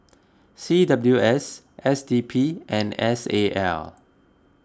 C W S S D P and S A L